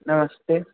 నమస్తే